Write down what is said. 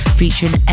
featuring